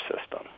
system